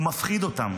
הוא מפחיד אותם